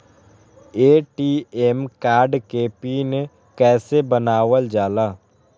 ATM card के PIN कैसे बनावल जाला?